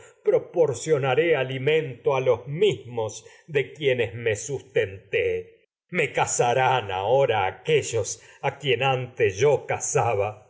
proporcionaré mismos alimento los de quienes me sustenté me cazarán ahora aquellos a quienes antes yo cazaba